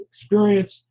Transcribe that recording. experience